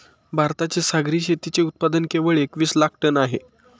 भारताचे सागरी शेतीचे उत्पादन केवळ एकवीस लाख टन आहे